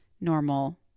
normal